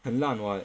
很烂 what